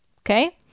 Okay